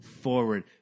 forward